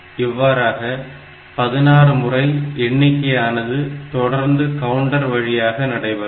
இவ்வாறாக 16 முறை எண்ணிக்கையானது தொடர்ந்து கவுண்டர் வழியாக நடைபெறும்